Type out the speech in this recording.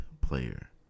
player